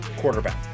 quarterback